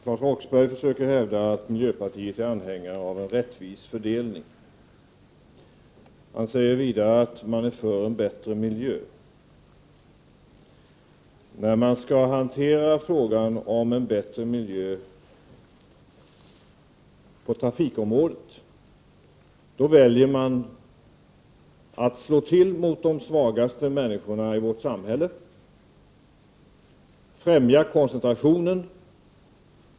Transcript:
Herr talman! Claes Roxbergh försöker hävda att miljöpartiet är anhängare av en rättvis fördelning. Han sade vidare att de är förespråkare för en bättre miljö. När miljöpartiet skall hantera frågan om en bättre miljö på trafikområdet, då väljer de att slå till mot de svagaste människorna i vårt samhälle och främja koncentrationen.